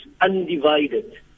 undivided